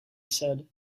said